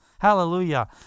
Hallelujah